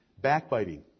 Backbiting